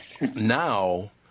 now